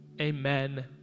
Amen